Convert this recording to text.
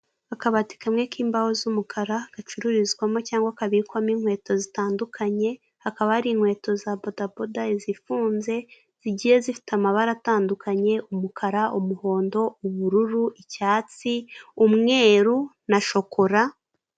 Akabati kamwe k'imbaho z'umukara gacururizwamo cyangwa kabikwamo inkweto zitandukanye hakaba hari inkweto za bodaboda, izifunze zigiye zifite amabara atandukanye; umukara, umuhondo, ubururu, icyatsi, umweru na shokora.